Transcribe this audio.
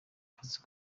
akazi